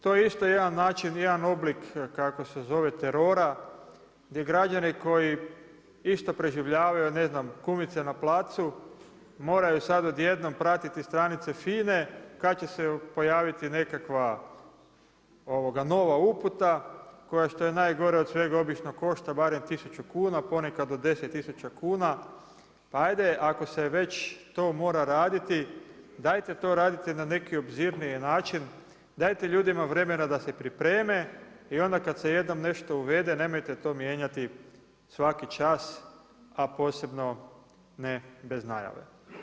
To je isto jedan način, jedan oblik, kako se zove terora di građani koji išta preživljavaju, ja ne znam, kumice na placu, moraju sada odjednom pratiti stranice FINA-e kad će se pojaviti nekakva nova uputa koja što je najgore od svega, obično košta barem tisuću kuna, ponekad do 10 tisuća kuna, pa ajde ako se već to mora raditi, dajte to radite na neki obzirniji način, dajte ljudima vremena da se pripreme i onda kad se jednom nešto uvede, nemojte to mijenjati svaki čas a posebno ne bez najave.